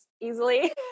easily